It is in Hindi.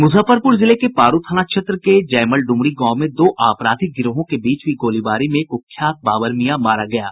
मुजफ्फरपूर जिले के पारू थाना क्षेत्र के जयमल ड्मरी गांव में दो अपराधिक गिरोहों के बीच हुये गोलीबारी में कुख्यात बाबर मियां मारा गया है